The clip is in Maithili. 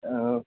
अँ